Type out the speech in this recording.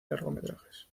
largometrajes